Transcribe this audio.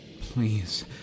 Please